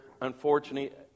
unfortunately